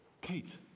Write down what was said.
Kate